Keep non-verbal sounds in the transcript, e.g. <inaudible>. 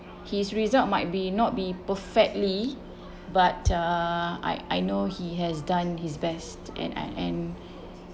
his result might be not be perfectly but uh I I know he has done his best and I and <breath>